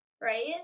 right